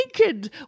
naked